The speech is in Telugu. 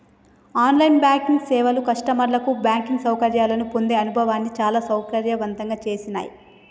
ఆన్ లైన్ బ్యాంకింగ్ సేవలు కస్టమర్లకు బ్యాంకింగ్ సౌకర్యాలను పొందే అనుభవాన్ని చాలా సౌకర్యవంతంగా చేసినాయ్